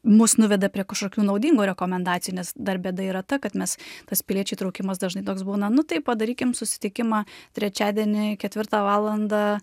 mus nuveda prie kažkokių naudingų rekomendacijų nes dar bėda yra ta kad mes tas piliečių įtraukimas dažnai toks būna nu tai padarykim susitikimą trečiadienį ketvirtą valandą